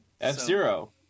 F-Zero